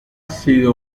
sido